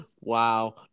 Wow